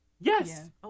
Yes